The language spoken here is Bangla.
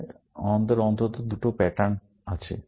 তারপর আমাদের অন্তত এই দুটি প্যাটার্ন আছে